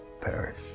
perish